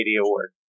award